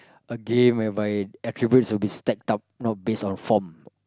a game where by attributes will be stacked up not based on form